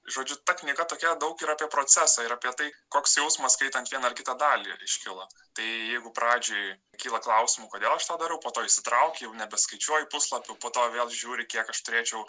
žodžiu ta knyga tokia daug yra apie procesą ir apie tai koks jausmas skaitant vieną ar kitą dalį iškilo tai jeigu pradžioj kyla klausimų kodėl aš tą darau po to išsitrauki jau nebeskaičiuoji puslapių po to vėl žiūri kiek aš turėčiau